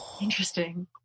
Interesting